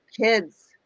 kids